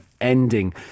ending